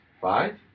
Five